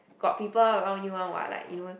got people around you one what like you know